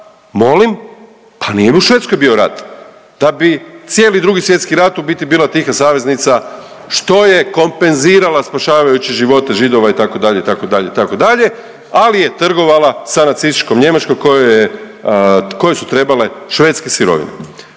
molim? Pa nije u Švedskoj bio rat, da bi cijeli Drugi svjetski rat u biti tiha saveznica, što je kompenzirala spašavajući živote Židova, itd., itd., itd., ali je trgovala sa nacističkom Njemačkom koja je, kojoj su trebale švedske sirovine.